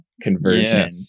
conversion